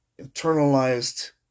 internalized